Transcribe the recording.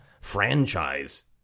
franchise